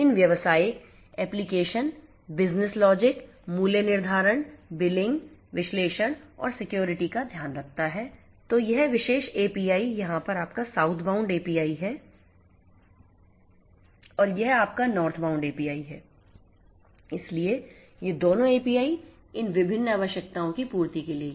इन व्यावसायिक application business logic मूल्य निर्धारण बिलिंग विश्लेषण और सिक्योरिटी ध्यान रखता है तो यह विशेष एपीआई यहाँ पर आपका साउथबाउंड एपीआई है और यह आपका नॉर्थबाउंड एपीआई है इसलिए ये दोनों एपीआई इन विभिन्न आवश्यकताओं की पूर्ति के लिए यहाँ हैं